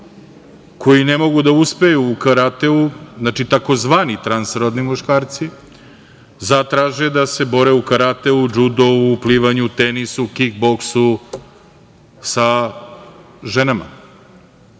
koji ne mogu da uspeju u karateu, znači tzv. transrodni muškarci, zatraže da se bore u karateu, džudou, plivanju, tenisu, kik-boksu sa ženama?